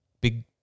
big